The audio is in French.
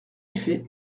effet